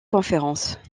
conférences